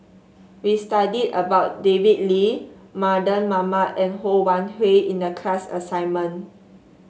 we studied about David Lee Mardan Mamat and Ho Wan Hui in the class assignment